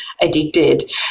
addicted